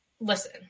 listen